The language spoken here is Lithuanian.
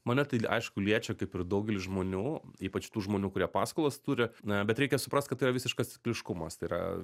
mane tai li aišku liečia kaip ir daugelį žmonių ypač tų žmonių kurie paskolas turi na bet reikia suprast kad tai yra visiškas cikliškumas tai yra